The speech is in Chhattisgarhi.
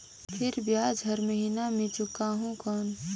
फिर ब्याज हर महीना मे चुकाहू कौन?